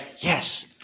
yes